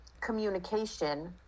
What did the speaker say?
communication